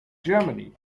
germany